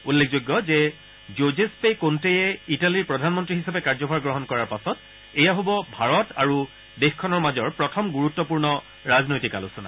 উল্লেখযোগ্য যে Giuseppe Conte ইটালীৰ প্ৰধানমন্তী হিচাপে কাৰ্যভাৰ গ্ৰহণ কৰাৰ পাছত এয়া হ'ব ভাৰত আৰু দেশখনৰ মাজৰ প্ৰথম গুৰুত্বপূৰ্ণ ৰাজনৈতিক আলোচনা